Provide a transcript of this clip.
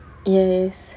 yes